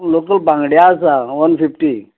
local बांगडें आसा one fifty